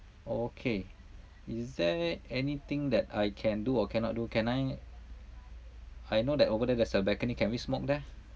okay is there anything that I can do or cannot do can I I know that over there there's a balcony can we smoke there